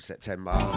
September